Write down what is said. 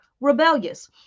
rebellious